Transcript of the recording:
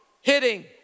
hitting